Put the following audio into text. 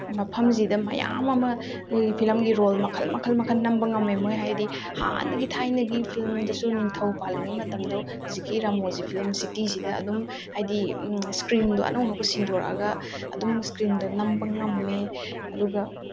ꯃꯐꯝꯁꯤꯗ ꯃꯌꯥꯝ ꯑꯃ ꯑꯩꯈꯣꯏꯒꯤ ꯐꯤꯂꯝꯒꯤ ꯔꯣꯜ ꯃꯈꯟ ꯃꯈꯟ ꯃꯈꯟ ꯅꯝꯕ ꯉꯝꯃꯦ ꯃꯣꯏ ꯍꯥꯏꯗꯤ ꯍꯥꯟꯅꯒꯤ ꯊꯥꯏꯅꯒꯤ ꯐꯤꯂꯝꯗꯁꯨ ꯅꯤꯡꯊꯧ ꯄꯥꯜꯂꯤꯉꯩ ꯃꯇꯝꯗꯣ ꯍꯧꯖꯤꯛꯀꯤ ꯔꯥꯃꯣꯖꯤ ꯐꯤꯂꯝ ꯁꯤꯇꯤꯁꯤꯗ ꯑꯗꯨꯝ ꯍꯥꯏꯗꯤ ꯏꯁꯀ꯭ꯔꯤꯟꯗꯣ ꯑꯅꯧ ꯑꯅꯧꯕ ꯁꯤꯟꯗꯣꯔꯛꯑꯒ ꯑꯗꯨꯝ ꯏꯁꯀ꯭ꯔꯤꯟꯗ ꯅꯝꯕ ꯉꯝꯃꯦ ꯑꯗꯨꯒ